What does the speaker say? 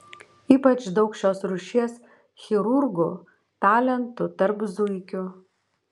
ypač daug šios rūšies chirurgų talentų tarp zuikių